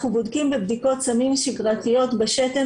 אנחנו בודקים בבדיקות סמים שגרתיות בשתן